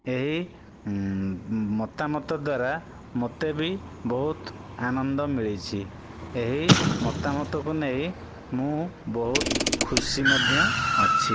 ଏହି ମତାମତ ଦ୍ଵାରା ମୋତେ ବି ବହୁତ ଆନନ୍ଦ ମିଳିଛି ଏହି ମତାମତକୁ ନେଇ ମୁଁ ବହୁତ ଖୁସି ମଧ୍ୟ ଅଛି